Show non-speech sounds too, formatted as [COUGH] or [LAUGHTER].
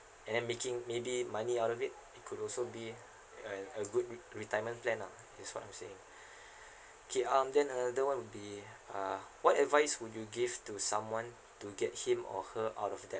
and then making maybe money out of it it could also be a a good re~ retirement plan lah that's what I'm saying [BREATH] okay um then ah that one would be uh what advice would you give to someone to get him or her out of debt